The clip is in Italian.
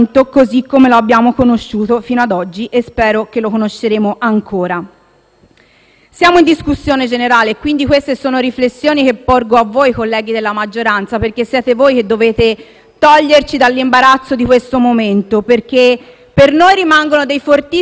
Siamo in discussione generale, quindi queste sono riflessioni che porgo a voi, colleghi della maggioranza, perché siete voi che dovete toglierci dall'imbarazzo di questo momento. Per noi rimangono dei fortissimi dubbi sul fatto che dietro ci sia soltanto la volontà di